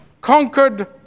conquered